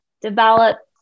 develop